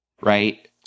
Right